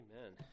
Amen